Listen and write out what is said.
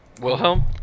Wilhelm